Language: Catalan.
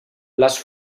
les